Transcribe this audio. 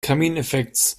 kamineffekts